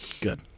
good